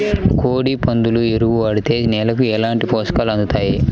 కోడి, పందుల ఎరువు వాడితే నేలకు ఎలాంటి పోషకాలు అందుతాయి